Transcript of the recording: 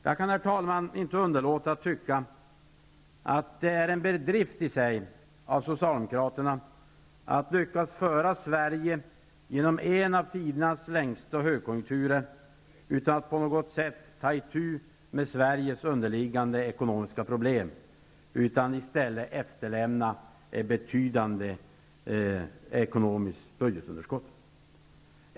Jag kan inte underlåta att tycka att det är en bedrift i sig av Socialdemokraterna att lyckas föra Sverige genom en av tidernas längsta högkonjunkturer utan att på något sätt ta itu med Sveriges underliggande ekonomiska problem utan i stället efterlämna ett betydande budgetunderskott.